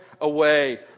away